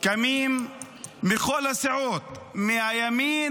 קמים מכל הסיעות, מהימין